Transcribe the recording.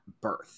birth